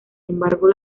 embargo